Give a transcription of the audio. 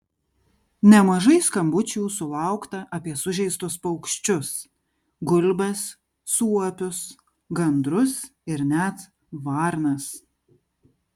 nemažai skambučių sulaukta apie sužeistus paukščius gulbes suopius gandrus ir net varnas